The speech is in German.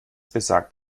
besagt